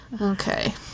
Okay